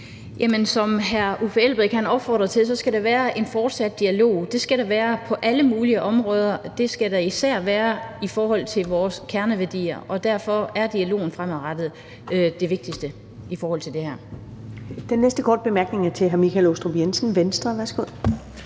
Som hr. Uffe Elbæk opfordrer til, skal der være en fortsat dialog. Det skal der være på alle mulige områder, og det skal der især være i forhold til vores kerneværdier, og derfor er dialogen fremadrettet det vigtigste i forhold til det her. Kl. 19:26 Første næstformand (Karen Ellemann): Den næste korte bemærkning er til hr. Michael Aastrup Jensen, Venstre. Værsgo.